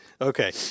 Okay